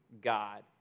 God